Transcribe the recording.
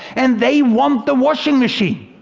and they want the washing machine!